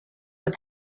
but